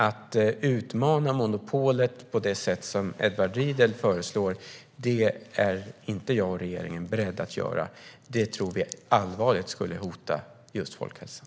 Att utmana monopolet på det sätt som Edward Riedl föreslår är inte jag och regeringen beredda att göra. Det tror vi allvarligt skulle hota just folkhälsan.